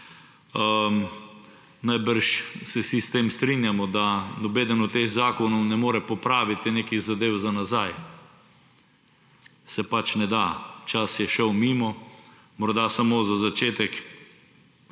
Najbrž se vsi strinjamo s tem, da nobeden od teh zakonov ne more popraviti nekih zadev za nazaj, se pač ne da, čas je šel mimo. Morda samo za začetek.